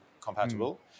compatible